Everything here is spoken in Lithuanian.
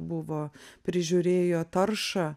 buvo prižiūrėjo taršą